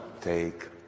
take